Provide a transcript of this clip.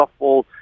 softball